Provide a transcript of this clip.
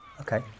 Okay